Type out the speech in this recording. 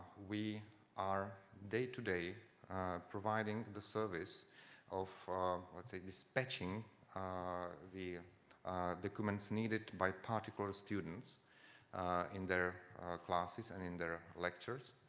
we are day-to-day providing the service of let's say, dispatching ah the documents needed by particular students in their classes and in their lectures.